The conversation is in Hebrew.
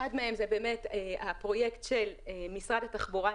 אחד מהם זה הפרויקט של משרד התחבורה,